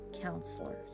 counselors